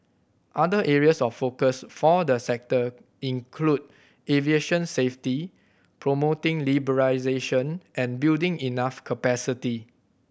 other areas of focus for the sector include aviation safety promoting liberalisation and building enough capacity